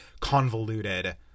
convoluted